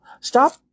Stop